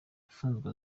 yafunzwe